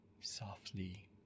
softly